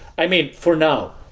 i mean, for now.